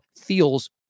feels